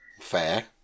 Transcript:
Fair